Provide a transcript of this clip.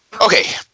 Okay